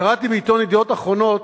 קראתי בעיתון "ידיעות אחרונות"